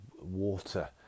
water